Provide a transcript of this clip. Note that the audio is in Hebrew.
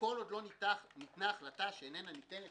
"כל עוד לא ניתנה החלטה שאיננה ניתנת